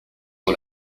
sur